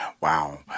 Wow